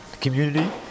community